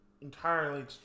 entirely